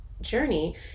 journey